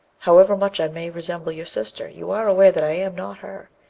however much i may resemble your sister, you are aware that i am not her,